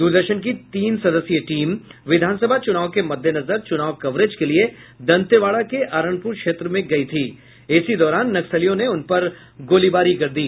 द्रदर्शन की तीन सदस्यीय टीम विधानसभा चुनाव के मद्देनजर चुनाव कवरेज के लिए दंतेवाड़ा के अरणपुर क्षेत्र में गयी थी इसी दौरान नक्सलियों ने उनपर गोलीबारी कर दी